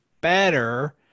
better